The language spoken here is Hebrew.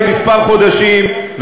כמה חודשים,